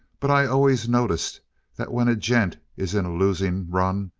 but i always noticed that when a gent is in a losing run,